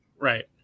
Right